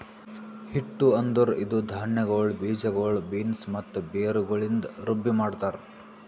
ಹಿಟ್ಟು ಅಂದುರ್ ಇದು ಧಾನ್ಯಗೊಳ್, ಬೀಜಗೊಳ್, ಬೀನ್ಸ್ ಮತ್ತ ಬೇರುಗೊಳಿಂದ್ ರುಬ್ಬಿ ಮಾಡ್ತಾರ್